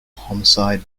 homicide